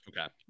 Okay